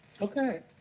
okay